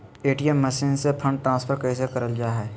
ATM machine से fund transfer कैसे करल जा है?